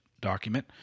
document